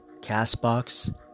Castbox